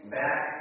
back